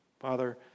Father